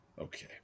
Okay